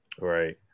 right